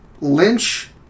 Lynch